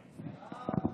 מרב,